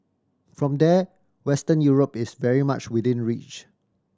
from there Western Europe is very much within reach